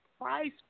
price